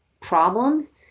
problems